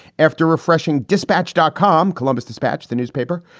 after refreshing dispatch dot com columbus dispatch, the newspaper,